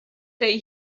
day